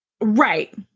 Right